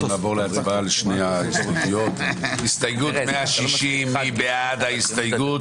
נעבור להצבעה על הסתייגות 160. מי בעד ההסתייגות,